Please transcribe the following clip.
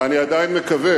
ואני עדיין מקווה